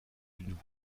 d’une